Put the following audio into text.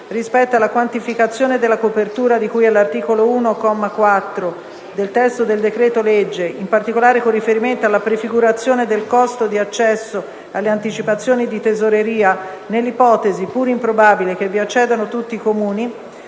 rispetto alla quantificazione della copertura di cui all'articolo 1, comma 4, del testo del decreto-legge, in particolare con riferimento alla prefigurazione del costo di accesso alle anticipazioni di tesoreria nell'ipotesi, pur improbabile, che vi accedano tutti i Comuni;